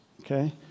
okay